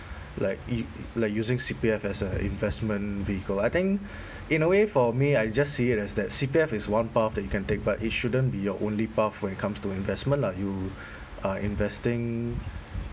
like ea~ like using C_P_F as a investment vehicle I think in a way for me I just see it as that C_P_F is one path that you can take but it shouldn't be your only path when it comes to investment lah you are investing